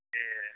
ए